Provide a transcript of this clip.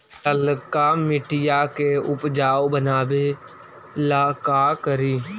लालका मिट्टियां के उपजाऊ बनावे ला का करी?